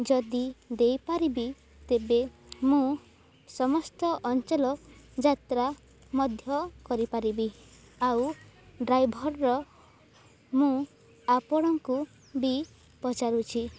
ଯଦି ଦେଇପାରିବି ତେବେ ମୁଁ ସମସ୍ତ ଅଞ୍ଚଳ ଯାତ୍ରା ମଧ୍ୟ କରିପାରିବି ଆଉ ଡ୍ରାଇଭରର ମୁଁ ଆପଣଙ୍କୁ ବି ପଚାରୁଛି